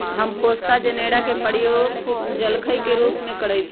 हम पोस्ता जनेरा के प्रयोग जलखइ के रूप में करइछि